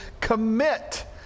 commit